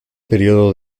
periodo